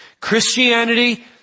Christianity